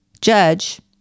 judge